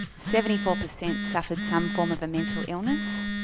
seventy four percent suffered some form of a mental illness.